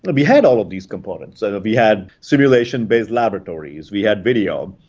we had all of these components. so we had simulation-based laboratories, we had video,